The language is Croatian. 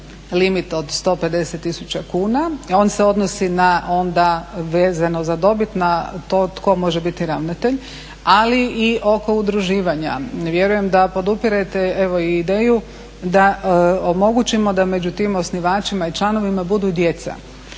limit od 150000 kuna. On se odnosi na onda vezano za dobit na to tko može biti ravnatelj, ali i oko udruživanja. Ne vjerujem da podupirete evo i ideju da omogućimo da među tim osnivačima i članovima budu i djeca.